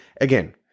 Again